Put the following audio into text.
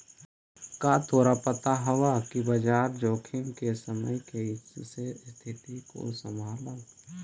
का तोरा पता हवअ कि बाजार जोखिम के समय में कइसे स्तिथि को संभालव